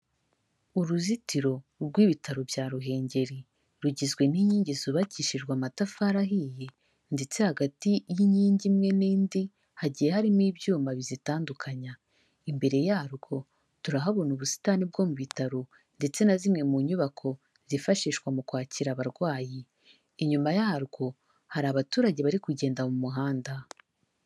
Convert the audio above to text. Uruzitiro rw'ibitaro bya Ruhengeri, rugizwe n'inkingi zubakishijwe amatafari ahiye, ndetse hagati y'inkingi imwe n'indi, hagiye harimo ibyuma bizitandukanya. Imbere yarwo turahabona ubusitani bwo mu bitaro, ndetse na zimwe mu nyubako zifashishwa mu kwakira abarwayi. Inyuma yarwo hari abaturage bari kugenda mu muhanda.